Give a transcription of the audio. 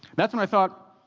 that's when i thought,